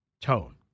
tone